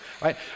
right